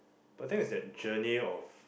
but the thing is that journey of